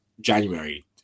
January